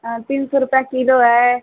तीन सौ रुपये किलो है